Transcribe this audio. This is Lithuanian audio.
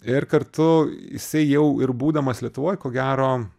ir kartu jisai jau ir būdamas lietuvoj ko gero